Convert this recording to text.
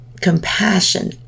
compassion